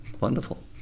Wonderful